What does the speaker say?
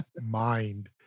mind